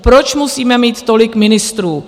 Proč musíme mít tolik ministrů?